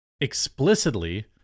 explicitly